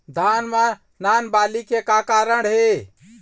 धान म नान बाली के का कारण हे?